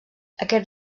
aquest